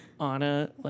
Anna